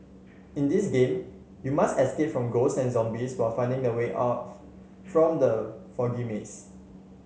in this game you must escape from ghosts and zombies while finding the way out from the foggy maze